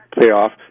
payoff